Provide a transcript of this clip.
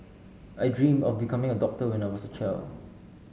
I dreamt of becoming a doctor when I was a child